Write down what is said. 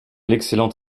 l’excellent